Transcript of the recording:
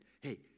Hey